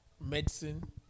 medicine